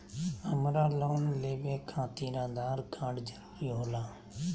हमरा लोन लेवे खातिर आधार कार्ड जरूरी होला?